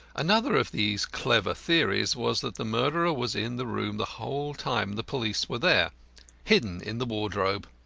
another of these clever theories was that the murderer was in the room the whole time the police were there hidden in the wardrobe.